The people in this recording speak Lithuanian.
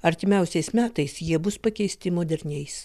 artimiausiais metais jie bus pakeisti moderniais